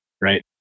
Right